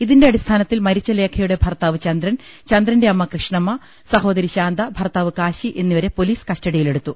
ഇതിന്റെ അടിസ്ഥാന ത്തിൽ മരിച്ച ലേഖയുടെ ഭർത്താവ് ചന്ദ്രൻ ചന്ദ്രന്റെ അമ്മ കൃഷ്ണമ്മ സഹോദരി ശാന്ത ഭർത്താവ് കാശി എന്നിവരെ പൊലീസ് കസ്റ്റഡിയിലെടുത്തു